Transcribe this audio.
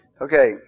Okay